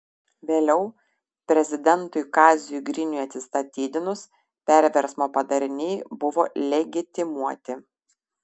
vėliau prezidentui kaziui griniui atsistatydinus perversmo padariniai buvo legitimuoti